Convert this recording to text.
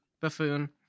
buffoon